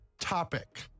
topic